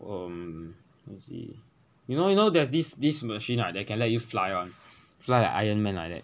um let me see you know you know there's this this machine right that can let you fly one fly like iron man like that